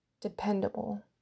dependable